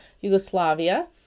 Yugoslavia